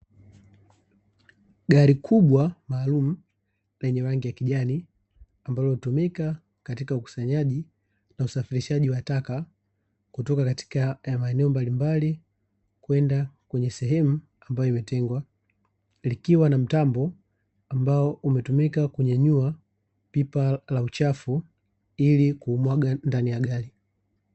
Gari kubwa maalumu lenye rangi ya kijani ambalo hutumika katika ukusanyaji na usafirishaji wa taka kutoka katika maeneo mbalimbali kwenda kwenye sehemu ambayo imetengwa. Likiwa na mtambo ambao umetumika kunyanyua pipa la uchafu ilikumwaga ndani ya gari.